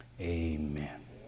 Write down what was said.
Amen